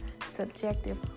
subjective